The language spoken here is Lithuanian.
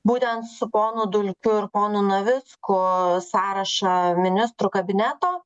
būtent su ponu dulkiu ir ponu navicku sąrašą ministrų kabineto